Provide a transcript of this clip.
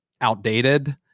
outdated